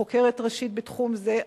חוקרת ראשית בתחום זה,